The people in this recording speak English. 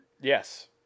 Yes